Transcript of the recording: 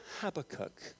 Habakkuk